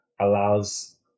allows